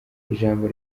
ijambo